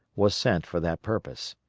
was sent for that purpose.